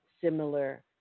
similar